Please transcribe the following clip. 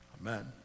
Amen